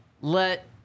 Let